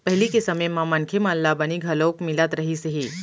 पहिली के समे म मनखे मन ल बनी घलोक मिलत रहिस हे